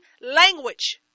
language